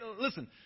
Listen